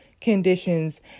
conditions